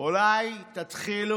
אולי תתחילו